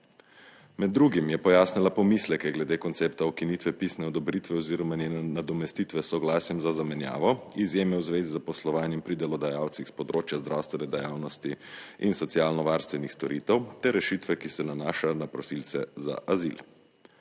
Med drugim je pojasnila pomisleke glede koncepta ukinitve pisne odobritve oziroma njene nadomestitve s soglasjem za zamenjavo, izjeme v zvezi z zaposlovanjem pri delodajalcih s področja zdravstvene dejavnosti in socialno varstvenih storitev ter rešitve, ki se nanašajo na prosilce za azil.